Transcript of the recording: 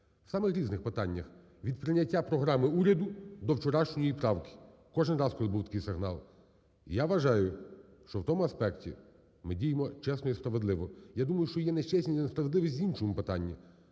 Саме в різних питаннях – від прийняття програми уряду, до вчорашньої правки. Кожен раз, коли був такий сигнал. Я вважаю, що в тому аспекті ми діємо чесно і справедливо. Я думаю, що є нечесність і несправедливість в іншому питанні,